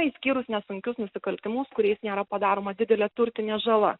išskyrus nesunkius nusikaltimus kuriais nėra padaroma didelė turtinė žala